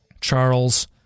Charles